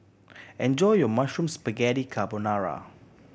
enjoy your Mushroom Spaghetti Carbonara